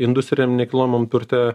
industriniam nekilnojamam turte